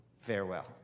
Farewell